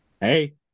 Hey